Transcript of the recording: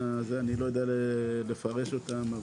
אני לא יודע לפרש אותם,